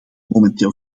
momenteel